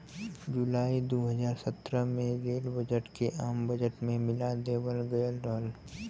जुलाई दू हज़ार सत्रह में रेल बजट के आम बजट में मिला देवल गयल रहल